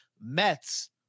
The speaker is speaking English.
Mets